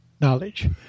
knowledge